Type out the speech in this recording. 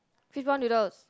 fishball noodles